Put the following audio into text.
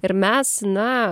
ir mes na